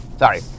Sorry